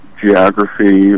geography